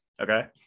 okay